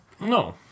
No